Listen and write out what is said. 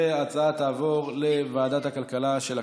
ההצעה תעבור לוועדת הכלכלה של הכנסת.